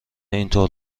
اینطور